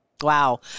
Wow